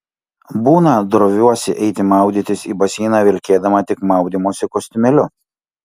būna droviuosi eiti maudytis į baseiną vilkėdama tik maudymosi kostiumėliu